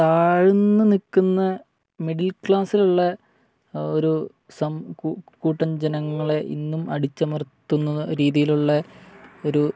താഴ്ന്നുനില്ക്കുന്ന middle ക്ലാസ്സിലുള്ള ഒരു സം കൂട്ടം ജനങ്ങളെ ഇന്നും അടിച്ചമർത്തുന്ന രീതിയിലുള്ള ഒരു